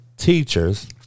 teachers